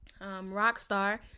Rockstar